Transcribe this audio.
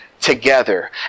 together